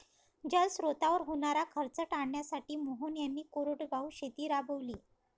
जलस्रोतांवर होणारा खर्च टाळण्यासाठी मोहन यांनी कोरडवाहू शेती राबवली